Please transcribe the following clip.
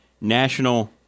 National